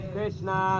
Krishna